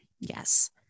Yes